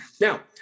now